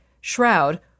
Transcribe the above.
shroud